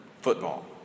football